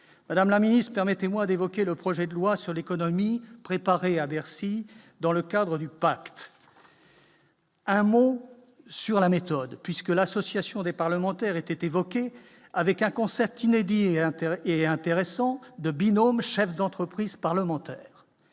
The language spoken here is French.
Madame la Ministre, permettez-moi d'évoquer le projet de loi sur l'économie préparé à Bercy dans le cadre du pain. Un mot sur la méthode, puisque l'association des parlementaires était évoquée avec un concept inédit et intérêts et intéressant de binômes, chef d'entreprise parlementaire,